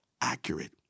accurate